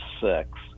six